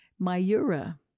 Mayura